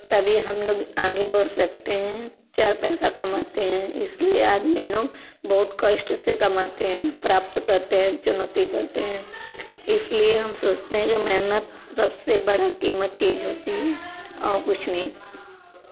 तभी हम लोग आगे बढ़ सकते हैं चार पैसा कमाते हैं इसलिये आदमी लोग बहुत कष्ट से कमाते हैं प्राप्त करते हैं चुनौती करते हैं इसलिए हम सोचते हैं मेहनत सबसे बड़ा कीमत चीज़ होती है और कुछ नहीं